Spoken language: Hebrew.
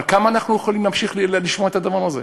אבל כמה אנחנו יכולים להמשיך ולשמוע את הדבר הזה?